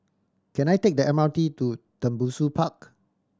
can I take the M R T to Tembusu Park